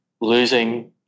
losing